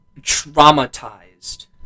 traumatized